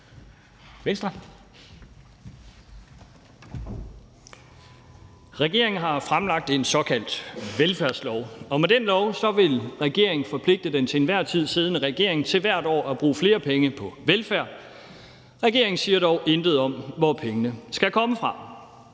Regeringen har fremsat forslag om en såkaldt velfærdslov, og med den lov vil regeringen forpligte den til enhver tid siddende regering til hvert år at bruge flere penge på velfærd. Regeringen siger dog intet om, hvor pengene skal komme fra.